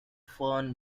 fern